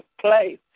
place